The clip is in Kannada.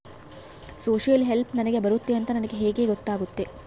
ಸೋಶಿಯಲ್ ಹೆಲ್ಪ್ ನನಗೆ ಬರುತ್ತೆ ಅಂತ ನನಗೆ ಹೆಂಗ ಗೊತ್ತಾಗುತ್ತೆ?